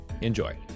Enjoy